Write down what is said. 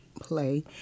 play